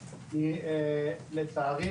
לצערי,